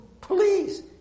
Please